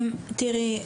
תראי,